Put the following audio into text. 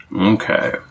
Okay